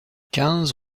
quinze